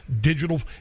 digital